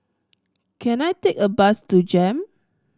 can I take a bus to JEM